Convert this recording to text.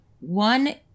One